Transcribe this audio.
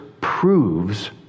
proves